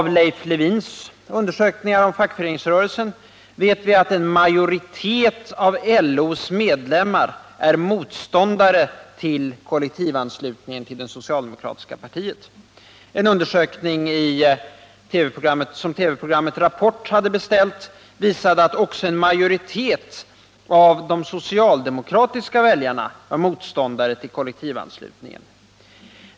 Genom Leif Lewins undersökningar om fackföreningsrörelsen vet vi att en majoritet av LO:s medlemmar är motståndare till kollektivanslutningen till det socialdemokratiska partiet. En undersökning som TV-programmet Rapport hade beställt visade att också en majoritet av de socialdemokratiska väljarna var motståndare till kollektivanslutningen.